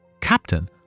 Captain